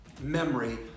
memory